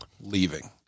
leaving